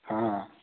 ହଁ